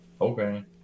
okay